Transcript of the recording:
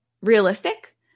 realistic